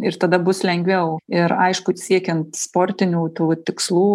ir tada bus lengviau ir aišku siekiant sportinių tų tikslų